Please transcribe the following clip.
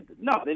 no